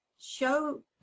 show